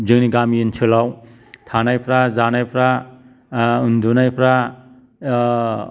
जोंनि गामि ओनसोलाव थानायफ्रा जानायफ्रा उन्दुनायफ्रा